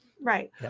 Right